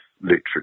literature